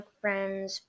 friends